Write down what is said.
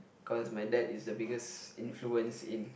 cause my dad is the biggest influence in